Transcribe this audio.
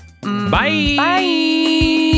Bye